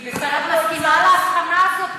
את מסכימה להבחנה הזאת?